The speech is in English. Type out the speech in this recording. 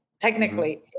technically